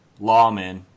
lawmen